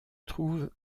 trouve